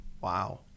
wow